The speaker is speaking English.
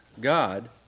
God